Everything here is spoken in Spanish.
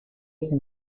ese